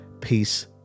peace